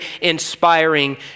inspiring